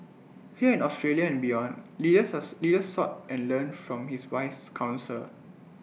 here in Australia and beyond leaders leader sought and learned from his wise counsel